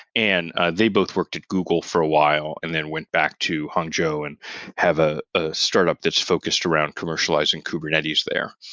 and they both worked at google for a while and then went back to hungzhou and have ah a startup that's focused around commercializing kubernetes there.